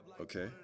Okay